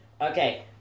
Okay